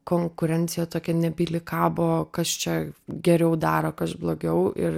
konkurencija tokia nebyli kabo kas čia geriau daro kas blogiau ir